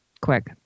quick